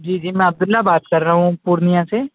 جی جی میں عبد اللہ بات کر رہا ہوں پورنیہ سے